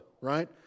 right